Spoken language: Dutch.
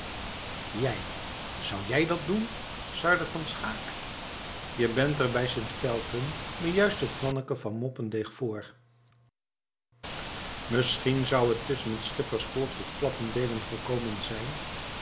jij zou jij dat doen sarde van schaeck je bent er bij sint felten me juist het manneken van moppendeeg voor misschien zou het tusschen het schippersvolk tot klappendeelen gekomen zijn